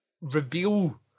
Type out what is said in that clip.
reveal